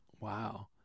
Wow